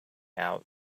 out